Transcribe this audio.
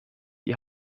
die